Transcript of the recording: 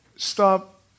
stop